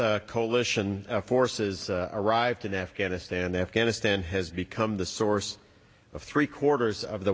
s coalition forces arrived in afghanistan and afghanistan has become the source of three quarters of the